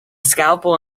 scalpel